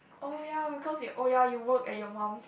oh ya because you oh ya you work at your mum's